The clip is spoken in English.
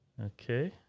Okay